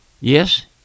Yes